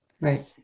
Right